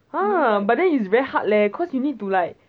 !huh! but then it's very hard leh cause you need to like